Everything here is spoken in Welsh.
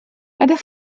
ydych